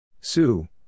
Sue